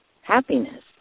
happiness